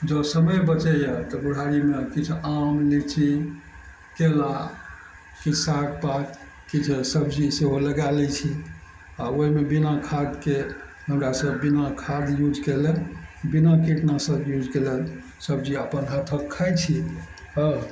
जँ समय बचइए तऽ बुढ़ारीमे किछु आम लीची केला किछु साग पात किछु सब्जी सेहो लगा लै छी आओर ओइमे बिना खादके हमरा सब बिना खाद यूज केलय बिना कीटनाशक यूज केलय सब्जी अपन हाथक खाइ छी हँ